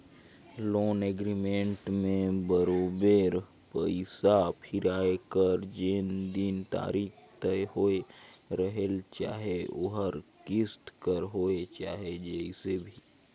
loan agreement में बरोबेर पइसा फिराए कर जेन दिन तारीख तय होए रहेल चाहे ओहर किस्त कर होए चाहे जइसे भी